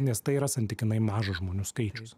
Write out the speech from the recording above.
nes tai yra santykinai mažas žmonių skaičius